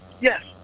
Yes